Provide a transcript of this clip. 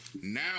Now